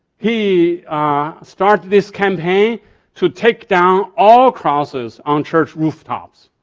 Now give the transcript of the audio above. he started this campaign to take down all crosses on church rooftops.